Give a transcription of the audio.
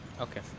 Okay